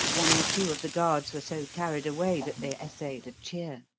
one or two of the guards were so carried away that they essayed a cheer.